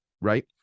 right